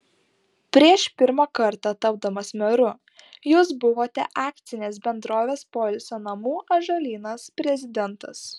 prieš pirmą kartą tapdamas meru jūs buvote akcinės bendrovės poilsio namų ąžuolynas prezidentas